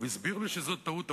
והסבירו לי שזאת טעות,